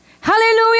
Hallelujah